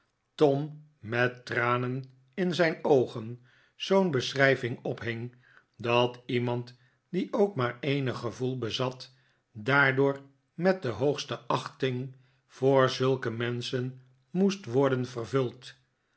tom met tranen in zijn oogen zoo'n beschrijving ophing dat iemand die ook maar eenig gevoel bezat daardoor met de hoogste achting voor zulke menschen moest worden vervuld